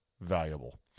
valuable